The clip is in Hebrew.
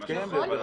נכון,